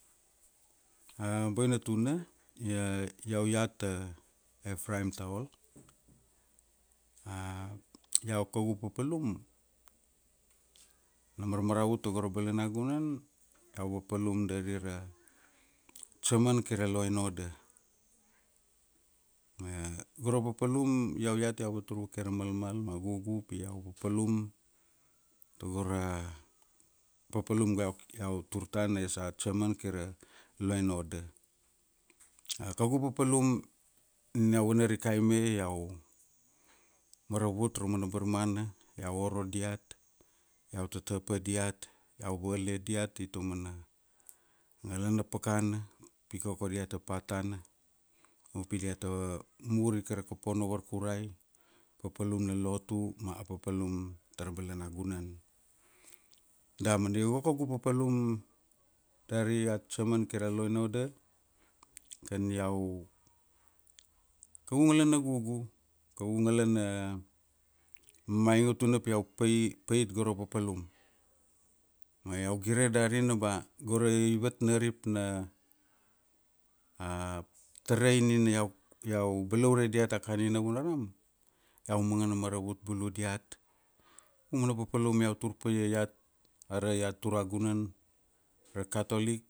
A boina tuna, ina, iau iat a, Ephraim Tavok, iau kaugu papalum, na marmaravut tago ra balana gunan, iau ga papalum dari ra, Chairman kai ra law and order. go ra papalum, iau iat iau vatur vake ra malmal ma gugu pi iau papalum, tago ra, papalum go iau tur tana as a Chairman kaira, law and order. A kaugu papalum, nina iau vanarikai me iau maravut ra mana barmana, iau oro diat, iau tata pa diat, iau vale diat tai taumana, nagala na pakana, pi koko diata part tana, upi diata mur ika ra kopo na varkurai, papalum na lotu, ma a papalum tara balanagunan. Damana io go kaugu papalum, dari a Chairman kaira law and order, kaugu ngalana gugu, kaugu ngalana, mamainga tuna pi iau pai- pait go ra papalum. Ma iau gire dari na ba, go ra ivat na rip na, a tarai nina iau, iau balaure diat a kani navunaram, Iau mangana maravut bulu diat. Aumana papalum iau tur paia iat, ara iat turagunan ra Chatolic,